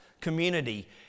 community